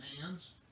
hands